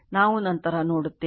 ನಾವು ನಂತರ ನೋಡುತ್ತೇವೆ